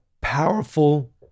powerful